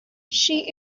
she